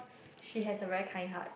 she has a very kind heart